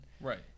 Right